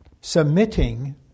Submitting